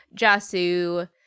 Jasu